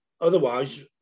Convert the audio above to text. otherwise